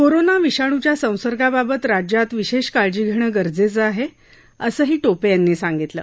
corona विषाणूच्या संसर्गाबाबत राज्यात विशेष काळजी घेणं गरजेचं झालं आहे असंही टोपे यांनी म्हटलं आहे